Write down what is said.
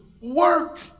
work